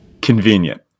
Convenient